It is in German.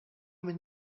mich